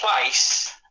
place